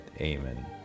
Amen